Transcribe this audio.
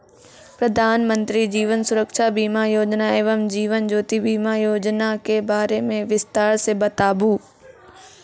प्रधान मंत्री जीवन सुरक्षा बीमा योजना एवं जीवन ज्योति बीमा योजना के बारे मे बिसतार से बताबू?